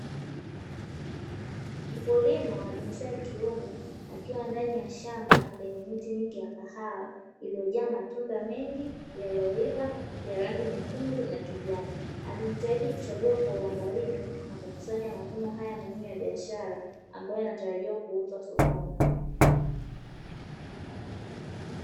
Mkulima wa jinsia ya kiume akiwa ndani ya shamba lenye miti mingi ya kahawa iliyojaa matunda mengi yaliyoiva ya rangi nyekundu na kijani, akijitahidi kuchagua kwa uangalifu na kukusanya mavuno haya muhimu ya biashara, ambayo yanatarajia kuuzwa sokoni.